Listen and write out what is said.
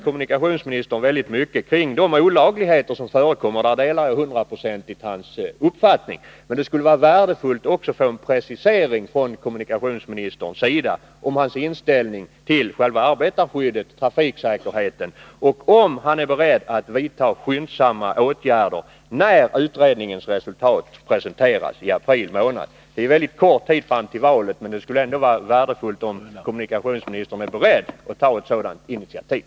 Kommunikationsministern uppehöll sig mycket vid de olagligheter som förekommer, och jag delar hundraprocentigt hans uppfattning. Men det skulle vara värdefullt att också få en precisering från kommunikationsministern av hans inställning till själva arbetarskyddet och trafiksäkerheten. Är kommunikationsministern beredd att vidta skärpta åtgärder, när utredningens resultat presenteras i april? Det är kort tid fram till valet, men det skulle ändå vara värdefullt om kommunikationsministern vore beredd att ta ett initiativ.